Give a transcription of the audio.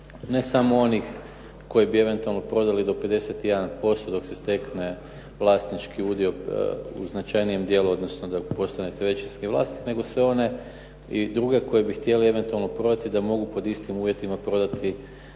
ne samo onih koji bi eventualno prodali do 51% dok se stekne vlasnički udio u značajnijem dijelu, odnosno da postanete većinski vlasnik, nego se one i druge koje bi htjele eventualno prodati da mogu pod istim uvjetima prodati